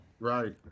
right